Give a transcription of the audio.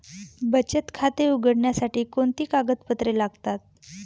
बचत खाते उघडण्यासाठी कोणती कागदपत्रे लागतात?